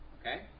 Okay